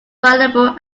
available